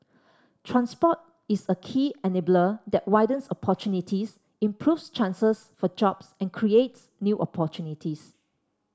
transport is a key enabler that widens opportunities improves chances for jobs and creates new opportunities